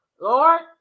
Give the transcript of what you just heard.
Lord